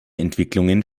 entwicklungen